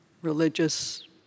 religious